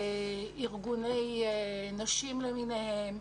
ארגוני נשים למיניהם,